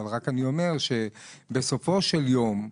אבל אני אומר שבסופו של יום,